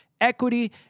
equity